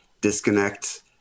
disconnect